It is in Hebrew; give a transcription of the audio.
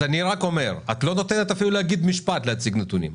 את לא נותנת לומר משפט ולהציג נתונים.